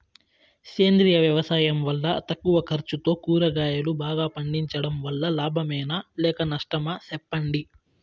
సేంద్రియ వ్యవసాయం వల్ల తక్కువ ఖర్చుతో కూరగాయలు బాగా పండించడం వల్ల లాభమేనా లేక నష్టమా సెప్పండి